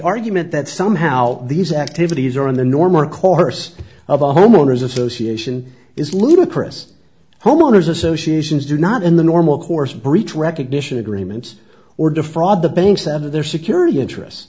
argument that somehow these activities are in the normal course of a homeowners association is ludicrous homeowners associations do not in the normal course breach recognition agreements or defraud the banks that are their security interests